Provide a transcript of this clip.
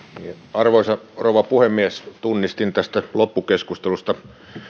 arvoisa rouva puhemies tunnistin tästä loppukeskustelusta